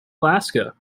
alaska